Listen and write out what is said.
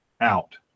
out